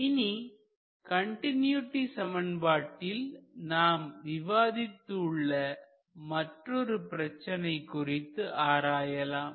இனி கண்டினூட்டி சமன்பாட்டில் நாம் விவாதித்து உள்ள மற்றொரு பிரச்சனை குறித்து ஆராயலாம்